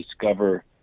discover